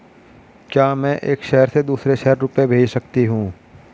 क्या मैं एक शहर से दूसरे शहर रुपये भेज सकती हूँ?